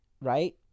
right